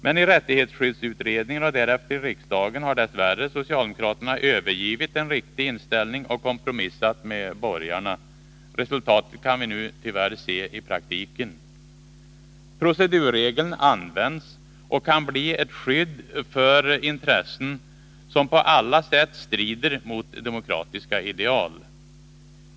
Men i rättighetsskyddsutredningen och därefter i riksdagen har dess värre socialdemokraterna övergivit en riktig inställning och kompromissat med borgarna. Resultatet kan vi nu se i praktiken. Procedurregeln används och kan bli ett skydd för intressen som på alla sätt strider mot demokratiska ideal.